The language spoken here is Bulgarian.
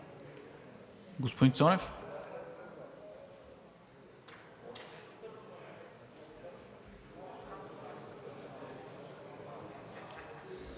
Господин Цонев.